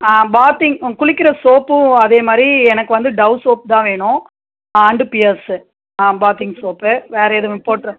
bathing குளிக்கிற சோப்பும் அதேமாதிரி எனக்கு வந்து டவ் சோப் தான் வேணும் அண்டு பியர்ஸ்ஸு ஆ பாத்திங் சோப்பு வேறு எதுவும் போட்டுறா